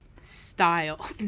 Style